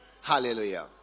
Hallelujah